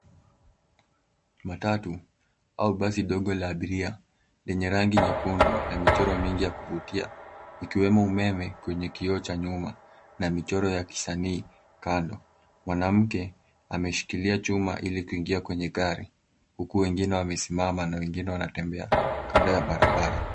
Matatu au basi ndogo la abiria lenye rangi nyekundu na michoro mingi ya kuvutia ikiwemo umeme kwenye kioo cha nyuma na michoro ya mzani kando. Mwanamke ameshikilia chuma ili kuingia kwenye gari huku wengine wamesimama na wengine wanatembea kando ya barabara.